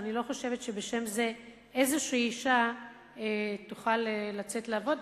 ואני לא חושבת שבשם זה איזושהי אשה תוכל לצאת לעבוד,